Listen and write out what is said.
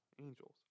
angels